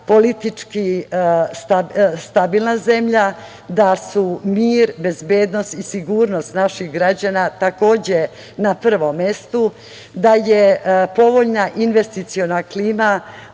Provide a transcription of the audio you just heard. politički stabilna zemlja, da su mir, bezbednost i sigurnost naših građana takođe na prvom mestu, da je povoljna investiciona klima